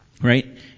Right